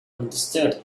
understood